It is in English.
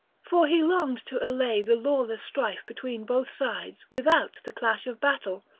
for he longed to allay the lawless strife between both sides without the clash of battle.